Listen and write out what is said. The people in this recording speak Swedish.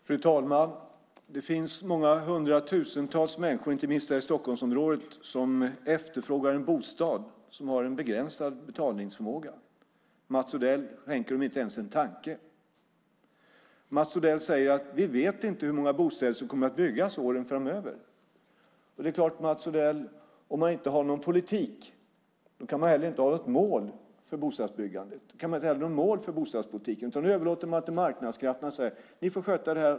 Fru talman! Det finns många hundratusentals människor, inte minst här i Stockholmsområdet, som efterfrågar en bostad och som har en begränsad betalningsförmåga. Mats Odell skänker dem inte ens en tanke. Mats Odell säger: Vi vet inte hur många bostäder som kommer att byggas åren framöver. Det är klart, Mats Odell, att om man inte har någon politik kan man heller inte ha något mål för bostadsbyggandet och bostadspolitiken. Då överlåter man det till marknadskrafterna och säger: Ni får sköta det här.